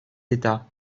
d’état